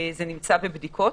זה נמצא בבדיקות,